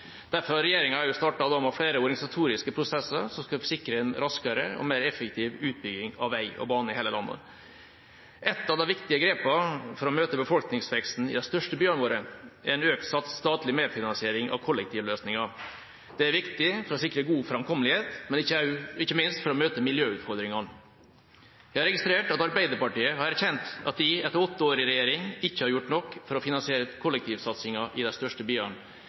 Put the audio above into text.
Derfor har regjeringa også startet med flere organisatoriske prosesser som skal sikre en raskere og mer effektiv utbygging av vei og bane i hele landet. Et av de viktige grepene for å møte befolkningsveksten i de største byene våre er en økt statlig medfinansiering av kollektivløsninger. Det er viktig for å sikre god framkommelighet, men ikke minst for å møte miljøutfordringene. Jeg har registrert at Arbeiderpartiet har erkjent at de etter åtte år i regjering ikke har gjort nok for å finansiere kollektivsatsinga i de største byene.